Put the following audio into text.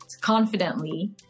confidently